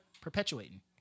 perpetuating